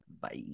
Bye